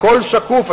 הכול שקוף.